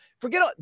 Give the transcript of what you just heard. forget